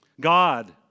God